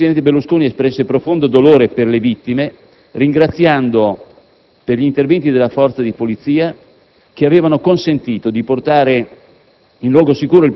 il presidente Berlusconi espresse profondo dolore per le vittime, ringraziando per gli interventi delle forze di polizia che avevano consentito di portare